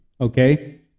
okay